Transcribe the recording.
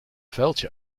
vuiltje